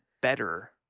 better